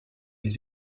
les